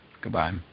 Goodbye